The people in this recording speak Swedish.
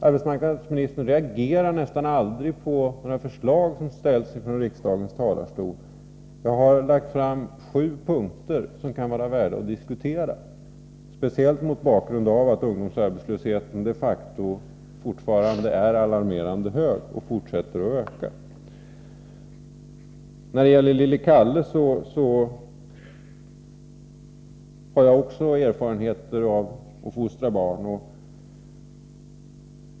Arbetsmarknadsministern reagerar nästan aldrig på de förslag som framförs från riksdagens talarstol. Jag har lagt fram sju punkter som kan vara värda att diskutera, speciellt mot bakgrund av att ungdomsarbetslösheten de facto fortfarande är alarmerande hög och fortsätter att öka. När det gäller lille Kalle har jag också erfarenheter av att fostra barn.